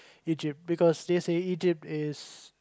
Egypt because they say Egypt is